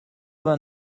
vingt